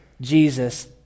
Jesus